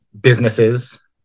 businesses